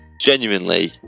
Genuinely